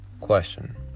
Question